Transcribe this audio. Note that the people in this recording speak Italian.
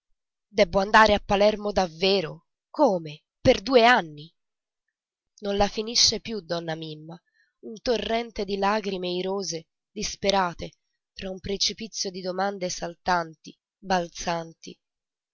debbo andare a palermo davvero come per due anni non la finisce più donna mimma un torrente di lagrime irose disperate tra un precipizio di domande saltanti balzanti